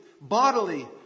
bodily